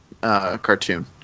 cartoon